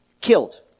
killed